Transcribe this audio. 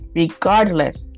regardless